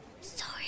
sorry